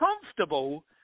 comfortable